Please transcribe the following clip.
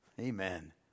Amen